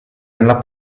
nella